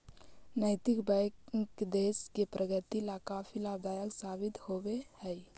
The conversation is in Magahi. नैतिक बैंक देश की प्रगति ला काफी लाभदायक साबित होवअ हई